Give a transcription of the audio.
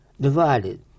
divided